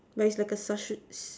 but it's like a